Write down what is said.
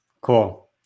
Cool